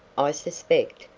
i suspect,